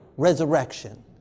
Resurrection